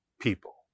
people